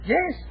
Yes